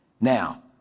Now